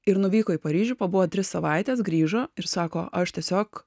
ir nuvyko į paryžių pabuvo tris savaites grįžo ir sako aš tiesiog